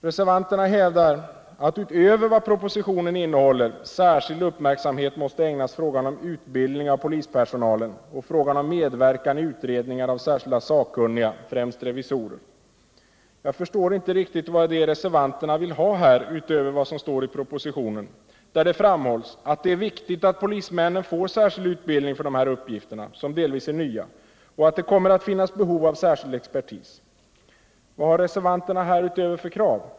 Reservanterna hävdar att, utöver vad propositionen innehåller, särskild uppmärksamhet måste ägnas frågan om utbildning av polispersonalen och frågan om medverkan i utredningar av särskilda sakkunniga, främst revisorer. Jag förstår inte riktigt vad det är reservanterna vill ha utöver vad som står i propositionen, där det framhålls att det är viktigt att polismännen får särskild utbildning för dessa uppgifter, som delvis är nya, och att det kommer att finnas behov av särskild expertis. Vad har reservanterna härutöver för krav?